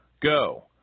Go